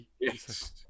Yes